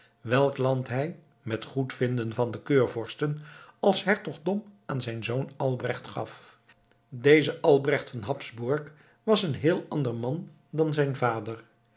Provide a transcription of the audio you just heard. welk land hij met goedvinden van de keurvorsten als hertogdom aan zijn zoon albrecht gaf deze albrecht van habsburg was een heel ander man dan zijn vader